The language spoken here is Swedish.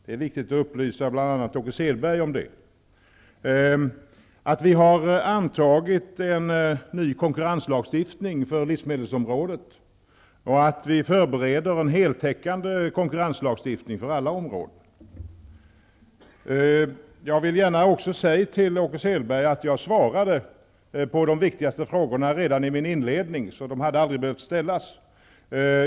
Det är viktigt att upplysa bl.a. Åke Selberg om det. Vidare har vi antagit en ny konkurrenslagstiftning för livsmedelsområdet och förbereder en heltäckande konkurrenslagstiftning för alla områden. Jag vill gärna också säga till Åke Selberg att jag svarade på de viktigaste av hans frågor redan i min inledning, så de hade aldrig behövt ställas.